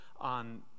on